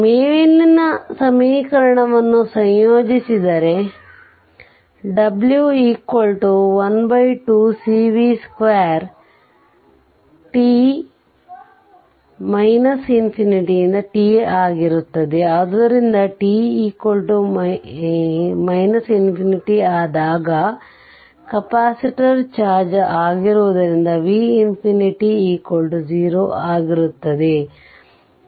ಮೇಲಿನ ಸಮೀಕರಣವನ್ನು ಸಂಯೋಜಿಸಿದರೆ w12CV2|t ಆಗಿರುತ್ತದೆ ಆದ್ದರಿಂದ t ಆದಾಗ ಕೆಪಾಸಿಟರ್ ಚಾರ್ಜ್ ಆಗದಿರುವುದರಿಂದ v0 ಆಗಿರುತ್ತದೆ